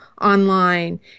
online